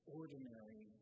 ordinary